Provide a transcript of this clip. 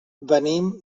venim